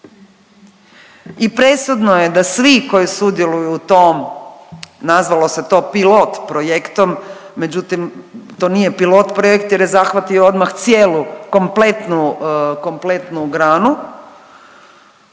I presudno je da svi koji sudjeluju u tom nazvalo se to pilot projektom, međutim to nije pilot projekt jer je zahvatio odmah cijelu kompletnu,